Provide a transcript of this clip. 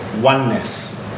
oneness